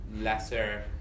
lesser